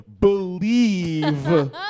believe